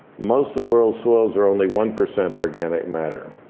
most of the world's soils are only one percent organic matter.